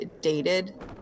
dated